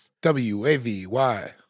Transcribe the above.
W-A-V-Y